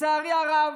לצערי הרב,